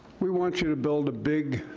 we want you to build a big,